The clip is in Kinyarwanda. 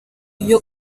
iyo